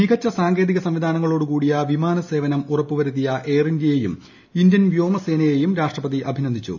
മികച്ച സാങ്കേതിക സംവിധാനങ്ങളോട് കൂടിയ വിമാന സേവനം ഉറപ്പു വരുത്തിയ എയർ ഇന്ത്യയേയും ഇന്ത്യൻ വ്യോമസേനയേയും രാഷ്ട്രപതി അഭിനന്ദിച്ചു